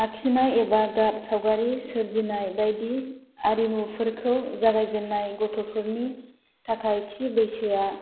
आखिनाय एबा गाब सावगारि सोरजिनाय बायदि आरिमुफोरखौ जागायजेनाय गथ'फोरनि थाखाय थि बैसोआ